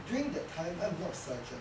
during that time I'm not a sergeant